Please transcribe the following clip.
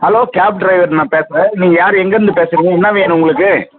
hello cab driver நான் பேசுகிறேன் நீங்கள் யார் எங்கேருந்து பேசுகிறீங்க என்ன வேணும் உங்களுக்கு